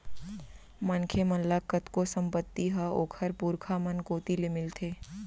मनखे मन ल कतको संपत्ति ह ओखर पुरखा मन कोती ले मिलथे